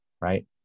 right